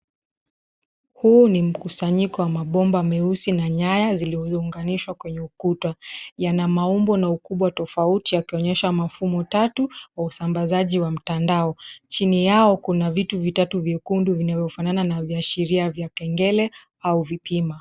Huu ni mkusanyiko wa mabomba meusi na nyaya zilizounganishwa kwenye ukuta, yana ukubwa na maumbo tofauti yakionyesha mafumo tatu wa usabazaji wa mtandao. Chini yao kuna vitu vitatu vyekundu vinavyofanana na viashiria vya kengele au vipima.